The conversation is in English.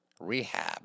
rehab